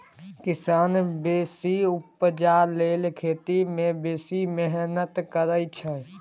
किसान बेसी उपजा लेल खेत मे बेसी मेहनति करय छै